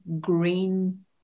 green